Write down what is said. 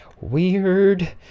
weird